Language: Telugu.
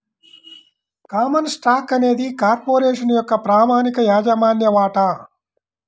కామన్ స్టాక్ అనేది కార్పొరేషన్ యొక్క ప్రామాణిక యాజమాన్య వాటా